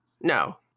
No